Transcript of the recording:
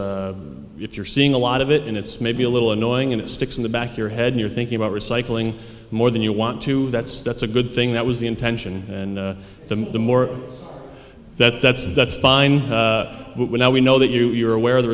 it's if you're seeing a lot of it and it's maybe a little annoying and it sticks in the back your head you're thinking about recycling more than you want to that's that's a good thing that was the intention and the the more that's that's that's fine now we know that you're aware of the